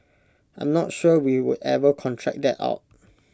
I am not sure we would ever contract that out